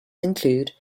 include